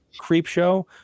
Creepshow